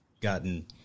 gotten